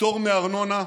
פטור מארנונה,